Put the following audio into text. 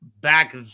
Back